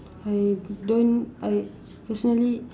I don't I personally